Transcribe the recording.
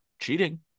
cheating